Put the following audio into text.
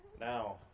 Now